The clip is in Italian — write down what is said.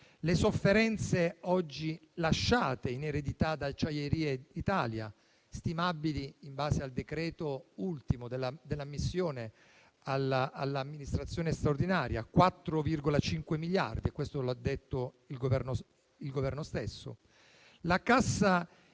le sofferenze oggi lasciate in eredità da acciaierie Italia, stimabili in base al decreto ultimo dell'ammissione alla all'amministrazione straordinaria (4,5 miliardi, come ha detto il Governo).